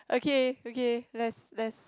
okay okay let's let's